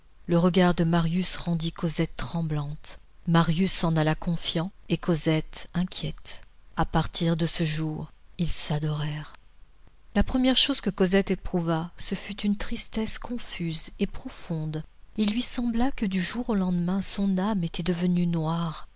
le regard de marius rendit cosette tremblante marius s'en alla confiant et cosette inquiète à partir de ce jour ils s'adorèrent la première chose que cosette éprouva ce fut une tristesse confuse et profonde il lui sembla que du jour au lendemain son âme était devenue noire